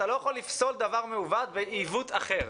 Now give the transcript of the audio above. אתה לא יכול לפסול דבר מעוות ולעשות עיוות אחר.